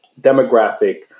demographic